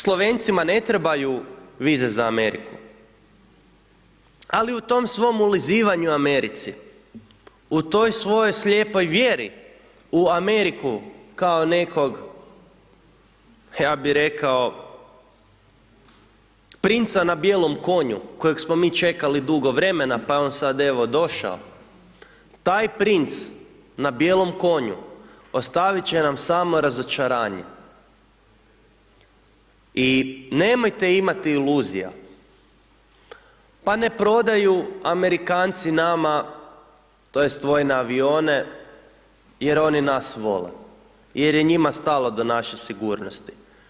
Slovencima ne trebaju vize za Ameriku, ali u tom svom ulizivanju Americi, u toj svojoj slijepoj vjeri, u Ameriku, kao nekog, ja bih rekao, princa na bijelom konju, kojeg smo mi čekali dugo vremena, pa je on sada evo, došao, taj princ na bijelom konju ostaviti će nam samo razočaranje i nemojte imati iluzija, pa ne prodaju Amerikanci nama tj. vojne avione jer oni nas vole, jer je njima stalo do naše sigurnosti.